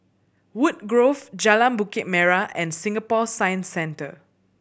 Woodgrove Jalan Bukit Merah and Singapore Science Centre